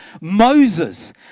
Moses